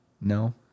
No